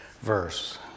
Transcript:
verse